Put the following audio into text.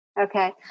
Okay